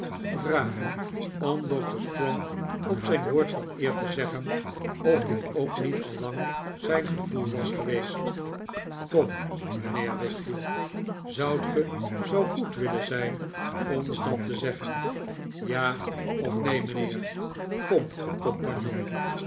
vragen om doctor strong op zijn woord van eer te zeggen of dit ook niet al lang zijn gevoelen was geweest kom mijnheer wickfield zoudt ge zoo goed willen zijn ons dat te zeggen ja of neen mijnheer kom compagnon